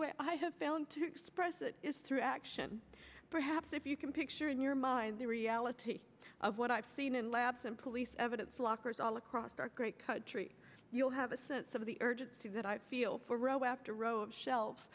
way i have found to express it is through action perhaps if you can picture in your mind the reality of what i've seen and labs and police evidence lockers all across our great country you'll have a sense of the urgency that i feel for ro